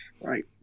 right